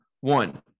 one